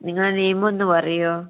നിങ്ങള് നേം ഒന്ന് പറയുമോ